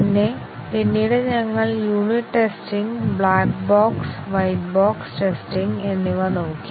പിന്നെ പിന്നീട് ഞങ്ങൾ unit testing black box white box testing എന്നിവ നോക്കി